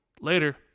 Later